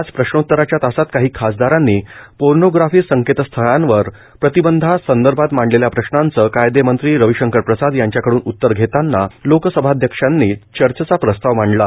आज प्रश्नोतराच्या तासात काही खासदारांनी पोर्नोग्राफी संकेतस्थळांवर प्रतिबंधांसंदर्भात मांडलेल्या प्रश्नाचं कायदेमंत्री रविशंकर प्रसाद यांच्याकडून उतर घेताना लोकसभा अध्यक्षांनी चर्चेचा प्रस्ताव मांडला